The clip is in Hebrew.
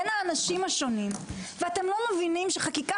בין האנשים השונים ואתם לא מבינים שחקיקה